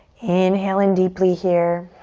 inhale in deeply here.